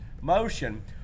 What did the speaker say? motion